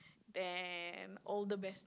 and all the best